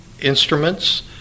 instruments